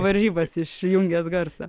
varžybas išjungęs garsą